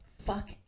fuck